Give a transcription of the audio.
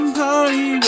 party